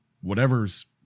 Whatever's